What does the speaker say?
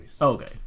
Okay